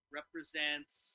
represents